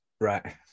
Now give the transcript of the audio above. Right